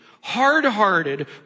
hard-hearted